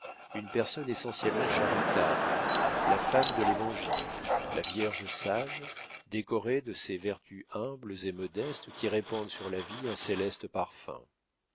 une personne essentiellement charitable la femme de l'évangile la vierge sage décorée de ces vertus humbles et modestes qui répandent sur la vie un céleste parfum